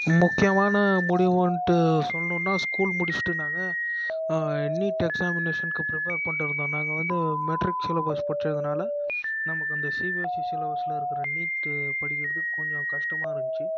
ஒரு முக்கியமான முடிவுன்ட்டு சொல்லணும்னா ஸ்கூல் முடிச்சுட்டு நாங்கள் நீட் எக்ஸாமினேஷனுக்கு ப்ரிப்பேர் பண்ணிகிட்டு இருந்தோம் நாங்கள் வந்து மெட்ரிக் சிலபஸ் படித்ததுனால நமக்கு இந்த சிபிஎஸ்சி சிலபஸ்சில் இருக்கிற நீட்டு படிக்கிறதுக்கு கொஞ்சம் கஷ்டமாக இருந்துச்சு